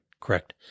correct